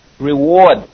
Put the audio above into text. reward